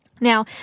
Now